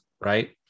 Right